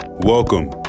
Welcome